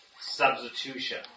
substitution